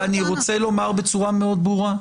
אני רוצה לומר בצורה מאוד ברורה.